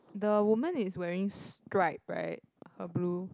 the woman is wearing stripe right her blue